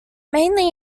mainly